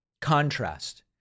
contrast